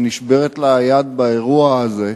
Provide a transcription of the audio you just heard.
נשברת לה היד באירוע הזה,